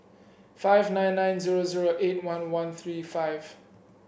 five nine nine zero zero eight one one three five